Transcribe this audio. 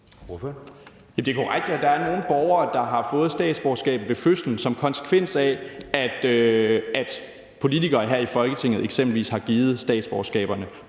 Det er korrekt, at der er nogle borgere, der har fået statsborgerskabet ved fødslen som en konsekvens af, at politikere her i Folketinget eksempelvis har givet statsborgerskab